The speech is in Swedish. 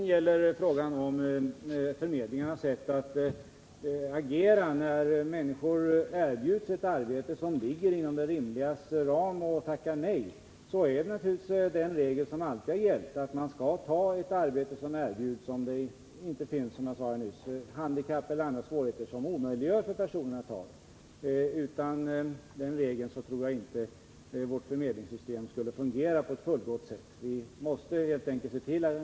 Beträffande frågan om arbetsförmedlingarnas sätt att agera när människor erbjuds ett arbete som ligger inom det rimligas ram och tackar nej gäller naturligtvis den regel som alltid har gällt att man skall ta ett arbete som erbjuds, om det inte, som jag sade nyss, finns handikapp eller andra svårigheter som omöjliggör för personen i fråga att ta det anvisade arbetet. Utan den regeln tror jag inte att vårt förmedlingssystem skulle fungera på ett fullgott sätt.